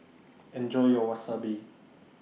Enjoy your Wasabi